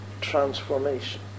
transformation